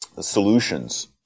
solutions